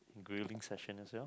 grilling session as well